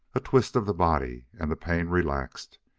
a twist of the body, and the pain relaxed.